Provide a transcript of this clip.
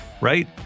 right